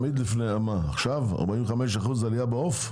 עכשיו עלייה של 45% בעוף?